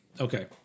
Okay